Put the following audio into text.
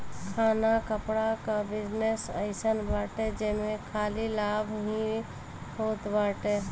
खाना कपड़ा कअ बिजनेस अइसन बाटे जेमे खाली लाभ ही होत बाटे